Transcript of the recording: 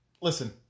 Listen